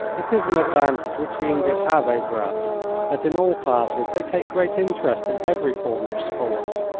it is an advantage which the english have over us that in all classes they take great interest in every form of sport.